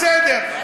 בסדר,